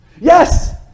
yes